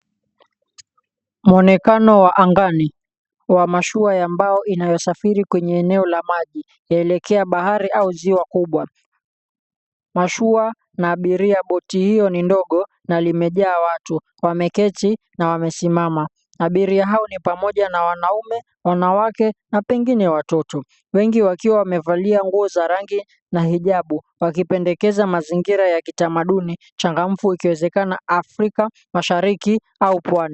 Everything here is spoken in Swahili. Muonekano wa angani wa mashua ya mbao inayosafiri kwenye eneo la maji, yaelekea bahari au ziwa kubwa. Mashua na abiria boti hiyo ni ndogo na limejaa watu wameketi na wamesimama. Abiria hao ni pamoja na wanaume, wanawake na pengine watoto, wengi wakiwa wamevalia nguo za rangi na hijabu, wakipendekeza mazingira ya kitamaduni changamfu, ikiwezekana Afrika Mashariki au Pwani.